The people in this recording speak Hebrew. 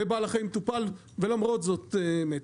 ובעל החיים טופל ולמרות זאת מת,